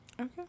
Okay